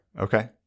okay